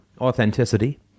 authenticity